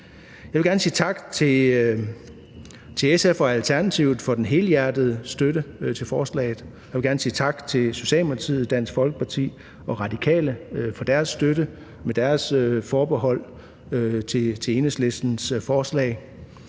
Jeg vil gerne sige tak til SF og Alternativet for den helhjertede støtte til forslaget. Jeg vil gerne sige tak til Socialdemokratiet, Dansk Folkeparti og Radikale for deres støtte med deres forbehold til Enhedslistens forslag.